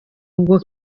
ubwo